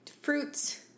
fruits